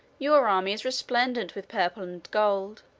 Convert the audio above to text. your army is resplendent with purple and gold.